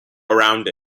around